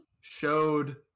showed